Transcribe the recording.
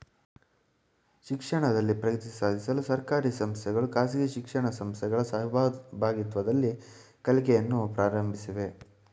ಶಿಕ್ಷಣದಲ್ಲಿ ಪ್ರಗತಿ ಸಾಧಿಸಲು ಸರ್ಕಾರಿ ಸಂಸ್ಥೆಗಳು ಖಾಸಗಿ ಶಿಕ್ಷಣ ಸಂಸ್ಥೆಗಳ ಸಹಭಾಗಿತ್ವದಲ್ಲಿ ಕಲಿಕೆಯನ್ನು ಪ್ರಾರಂಭಿಸಿವೆ